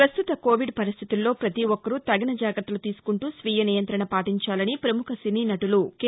ప్రస్తుత కోవిడ్ పరిస్టితుల్లో ప్రతీ ఒక్కరూ తగిన జాగ్రత్తలు తీసుకుంటూ స్వీయ నియంత్రణ పాటించాలని ప్రముఖ సినీనటులు కె